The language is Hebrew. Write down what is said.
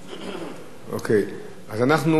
אז אנחנו נקיים את ההצבעה על דיון בוועדה.